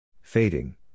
Fading